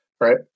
right